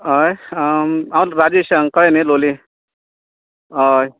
हय हांव राजेश कळ्ळे न्ही लोलये हय